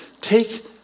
take